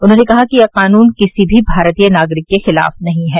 उन्होंने कहा कि यह कानून किसी भी भारतीय नागरिक के खिलाफ नहीं है